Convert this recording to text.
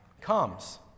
comes